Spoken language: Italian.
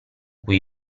cui